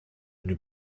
n’eut